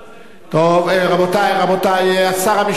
רבותי, שר המשפטים.